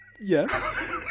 Yes